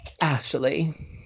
Ashley